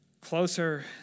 closer